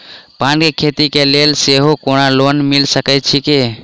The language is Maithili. पान केँ खेती केँ लेल सेहो कोनो लोन मिल सकै छी की?